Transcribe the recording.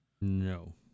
No